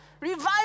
revive